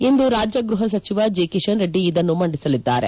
ಇಂದು ರಾಜ್ಯ ಗೃಹಸಚಿವ ಜಿ ಕಿಶನ್ ರೆಡ್ಡಿ ಇದನ್ನು ಮಂಡಿಸಲಿದ್ದಾರೆ